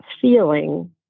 feeling